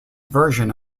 version